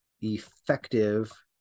effective